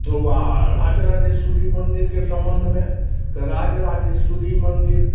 वा राजराजेश्वरी मन्दिरके सम्बन्धमे तऽ राजराजेश्वरी मन्दिर